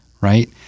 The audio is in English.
right